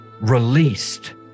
released